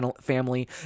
family